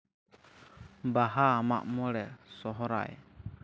ᱵᱟᱦᱟ ᱢᱟᱜ ᱢᱚᱬᱮ ᱥᱚᱦᱨᱟᱭ